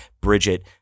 Bridget